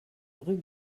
rue